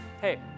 Hey